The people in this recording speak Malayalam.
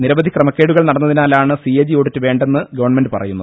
നിരവധി ക്രമക്കേടു കൾ നടന്നതിനാലാണ് സി എ ജി ഓഡിറ്റ് വേണ്ടെന്ന് ഗവൺമെന്റ് പറയുന്നത്